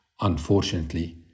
Unfortunately